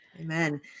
Amen